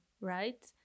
right